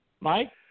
Mike